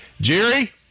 Jerry